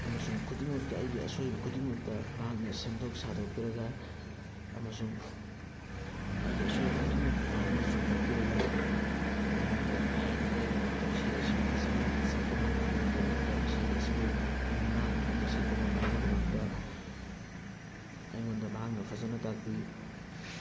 ꯑꯃꯁꯨꯡ ꯈꯨꯗꯤꯡꯃꯛꯇ ꯑꯩꯒꯤ ꯑꯁꯣꯏꯕ ꯈꯨꯗꯤꯡꯃꯛꯇ ꯃꯍꯥꯛꯅ ꯁꯦꯝꯗꯣꯛ ꯁꯥꯗꯣꯛꯄꯤꯔꯒ ꯑꯃꯁꯨꯡ ꯑꯩꯒꯤ ꯑꯁꯣꯏꯕ ꯈꯨꯗꯤꯡꯃꯛꯄꯨ ꯃꯍꯥꯛꯅ ꯆꯨꯝꯊꯣꯛꯄꯤꯔꯒ ꯑꯩꯉꯣꯟꯗ ꯍꯩꯅꯉꯥꯏꯒꯤꯗꯃꯛꯇ ꯏꯁꯩ ꯑꯁꯤꯕꯨ ꯐꯖꯅ ꯁꯛꯄ ꯉꯝꯅꯕꯒꯤꯗꯃꯛꯇ ꯏꯁꯩ ꯑꯁꯤꯕꯨ ꯃꯤꯃꯥꯡ ꯊꯣꯛꯅ ꯁꯛꯄ ꯉꯝꯅꯕꯒꯤꯗꯃꯛꯇ ꯑꯩꯉꯣꯟꯗ ꯃꯍꯥꯛꯅ ꯐꯖꯅ ꯇꯥꯛꯄꯤ